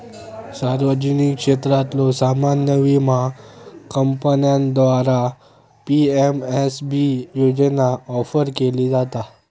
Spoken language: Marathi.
सार्वजनिक क्षेत्रातल्यो सामान्य विमा कंपन्यांद्वारा पी.एम.एस.बी योजना ऑफर केली जाता